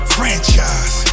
Franchise